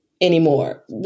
anymore